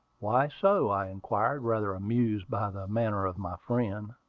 why so? i inquired, rather amused by the manner of my friend.